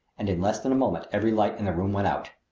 and in less than a moment every light in the room went out.